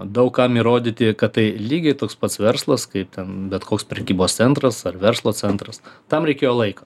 daug kam įrodyti kad tai lygiai toks pats verslas kaip ten bet koks prekybos centras ar verslo centras tam reikėjo laiko